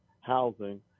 housing